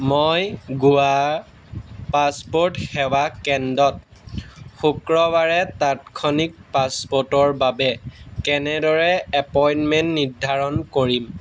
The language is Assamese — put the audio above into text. মই গোৱা পাছপোৰ্ট সেৱা কেন্দ্ৰত শুক্ৰবাৰে তাৎক্ষণিক পাছপোৰ্টৰ বাবে কেনেদৰে এপইণ্টমেণ্ট নিৰ্ধাৰণ কৰিম